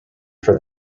for